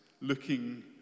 looking